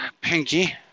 Pinky